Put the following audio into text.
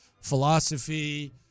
philosophy